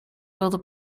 other